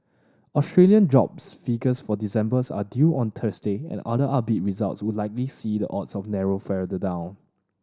Australian jobs figures for December are due on Thursday and another upbeat results would likely see the odds of narrow further down